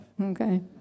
Okay